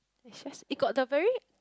it's just it got the very